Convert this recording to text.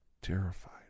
terrified